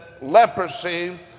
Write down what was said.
leprosy